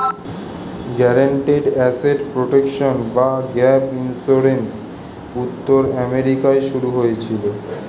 guaranteed asset protection বা gap insurance উত্তর আমেরিকায় শুরু হয়েছিল